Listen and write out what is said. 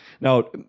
now